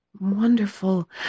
wonderful